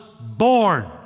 born